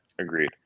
agreed